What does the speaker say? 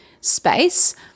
space